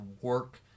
work